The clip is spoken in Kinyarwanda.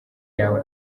yawe